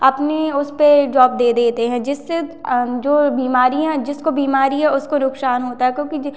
अपने उसपे जॉब दे देते हैं जिससे जो बीमारियाँ जिसको बीमारी है उसको नुकसान होता है क्योंकि